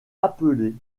appelés